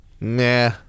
Nah